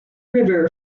river